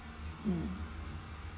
um